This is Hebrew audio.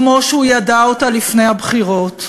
כמו שהוא ידע אותה לפני הבחירות,